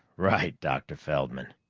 right, dr. feldman.